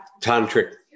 tantric